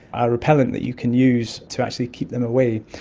a repellent that you can use to actually keep them away.